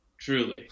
Truly